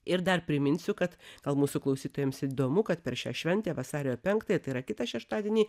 ir dar priminsiu kad gal mūsų klausytojams įdomu kad per šią šventę vasario penktąją tai yra kitą šeštadienį